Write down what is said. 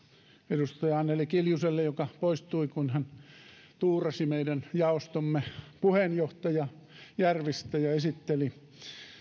edustaja anneli kiljuselle joka poistui kun hän tuurasi meidän jaostomme puheenjohtaja järvistä ja esitteli